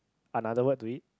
another word to it